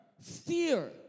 fear